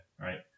right